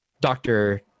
doctor